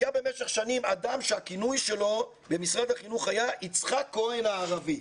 היה במשך שנים אדם שהכינוי שלו במשרד החינוך היה יצחק כהן הערבי.